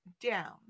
down